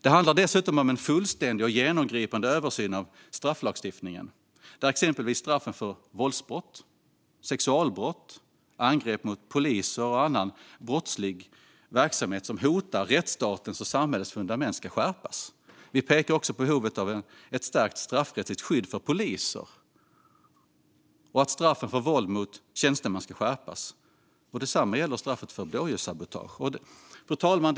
Det handlar dessutom om en fullständig och genomgripande översyn av strafflagstiftningen där straffen för exempelvis våldsbrott, sexualbrott, angrepp mot poliser och annan brottslig verksamhet som hotar rättsstatens och samhällets fundament ska skärpas. Vi pekar också på behovet av ett stärkt straffrättsligt skydd för poliser och på att straffen för våld mot tjänsteman ska skärpas. Detsamma gäller straffet för blåljussabotage. Fru talman!